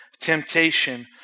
temptation